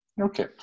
Okay